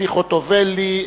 ציפי חוטובלי,